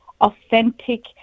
authentic